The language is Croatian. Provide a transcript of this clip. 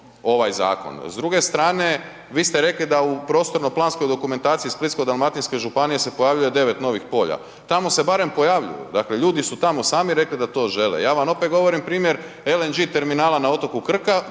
ovaj zakon. S druge strane vi ste rekli da u prostorno-planskoj dokumentaciji Splitsko-dalmatinske županije se pojavljuje 9 novih polja, tamo se barem pojavljuju. Dakle, ljudi su tamo sami rekli da to žele. Ja vam opet govorim primjer LNG terminala na otoku Krku